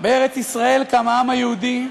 "בארץ-ישראל קם העם היהודי,